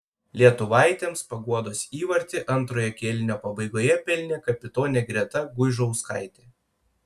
lietuvaitėms paguodos įvartį antrojo kėlinio pabaigoje pelnė kapitonė greta guižauskaitė